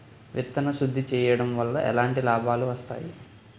విత్తన శుద్ధి చేయడం వల్ల ఎలాంటి లాభాలు వస్తాయి?